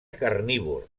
carnívor